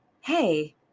hey